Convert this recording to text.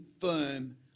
firm